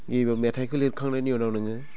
गिबियाव मेथाइखौ लिरखांनायनि उनाव नोङो